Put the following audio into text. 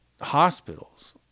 hospitals